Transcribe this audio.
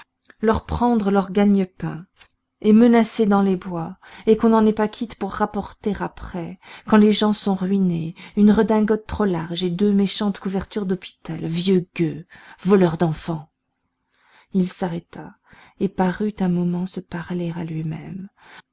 leur prendre leur gagne-pain et menacer dans les bois et qu'on n'en est pas quitte pour rapporter après quand les gens sont ruinés une redingote trop large et deux méchantes couvertures d'hôpital vieux gueux voleur d'enfants il s'arrêta et parut un moment se parler à lui-même